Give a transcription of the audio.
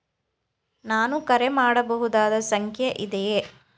ನಾನು ಕರೆ ಮಾಡಬಹುದಾದ ಸಂಖ್ಯೆ ಇದೆಯೇ?